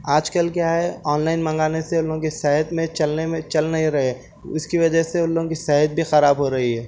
آج کل کیا ہے آن لائن منگانے سے اُن لوگوں کی صحت میں چلنے میں چل نہیں رہے اُس کی وجہ سے اُن لوگوں کی صحت بھی خراب ہو رہی ہے